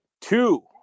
Two